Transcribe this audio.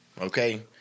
Okay